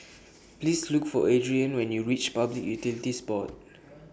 Please Look For Adriane when YOU REACH Public Utilities Board